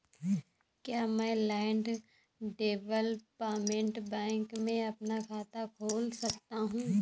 क्या मैं land development bank में अपना खाता खोल सकता हूँ?